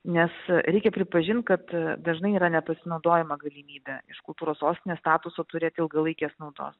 nes reikia pripažint kad dažnai yra nepasinaudojama galimybe iš kultūros sostinės statuso turėt ilgalaikės naudos